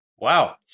Wow